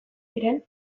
diren